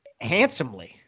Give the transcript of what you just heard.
handsomely